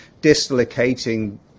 dislocating